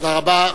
תודה רבה.